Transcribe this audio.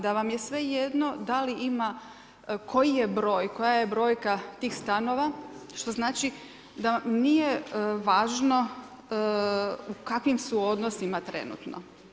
Da vam je svejedno da li ima koji je broj, koja je brojka tih stanova, što znači da nije važno u kakvim su odnosima trenutno.